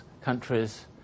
countries